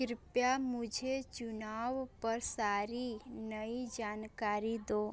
कृपया मुझे चुनाव पर सारी नई जानकारी दो